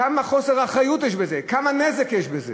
כמה חוסר אחריות יש בזה, כמה נזק יש בזה.